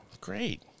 Great